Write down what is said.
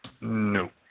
no